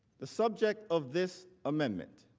the subject of this amendment